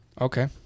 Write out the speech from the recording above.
Okay